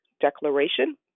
Declaration